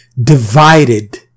divided